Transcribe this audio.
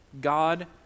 God